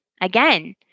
Again